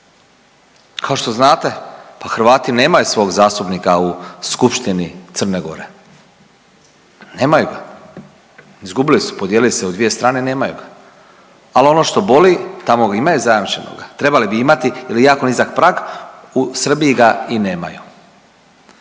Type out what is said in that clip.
Kao što znate, pa Hrvati nemaju svog zastupnika u Skupštini Crne Gore. Nemaju ga. Izgubili su, podijelili se u dvije strane i nemaju ga. Ali ono što boli, tamo imaju zajamčenoga. Trebali bi imati jer je jako nizak prag, u Srbiji ga i nemaju.